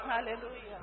Hallelujah